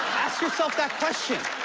ask yourself that question.